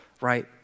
right